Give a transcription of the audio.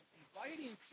inviting